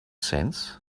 sense